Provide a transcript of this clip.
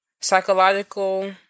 Psychological